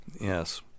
Yes